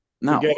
No